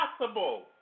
impossible